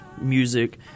music